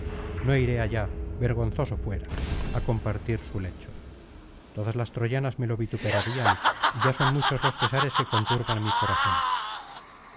no iré allá vergonzoso fuera á compartir su lecho todas las troyanas me lo vituperarían y ya son muchos los pesares que conturban mi corazón